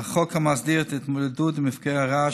החוק המסדיר את ההתמודדות עם מפגעי הרעש